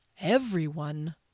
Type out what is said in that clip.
Everyone